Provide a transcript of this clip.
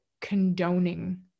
condoning